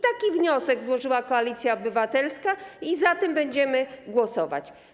Taki wniosek złożyła Koalicja Obywatelska i za tym będziemy głosować.